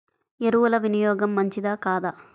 ఎరువుల వినియోగం మంచిదా కాదా?